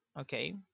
okay